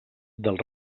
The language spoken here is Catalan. dels